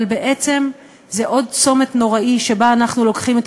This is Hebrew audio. אבל בעצם זה עוד צומת נוראי שבו אנחנו לוקחים את